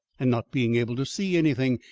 and not being able to see anything,